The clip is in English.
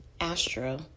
Astro